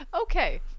Okay